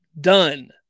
done